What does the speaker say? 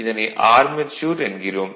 இதனை ஆர்மெச்சூர் என்கிறோம்